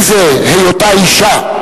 עם זה, היותה אשה,